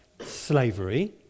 slavery